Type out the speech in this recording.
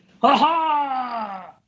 Ha-ha